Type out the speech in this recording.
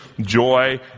joy